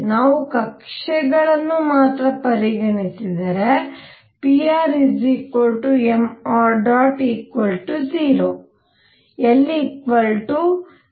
ನಾವು ಕಕ್ಷೆಗಳನ್ನು ಮಾತ್ರ ಪರಿಗಣಿಸಿದರೆ pr mṙ 0 ಗೆ ಸಮಾನವಾಗಿರುತ್ತದೆ